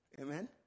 Amen